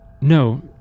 No